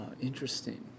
interesting